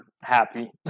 happy